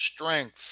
strength